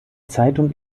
zeitung